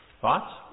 Thoughts